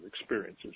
experiences